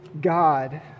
God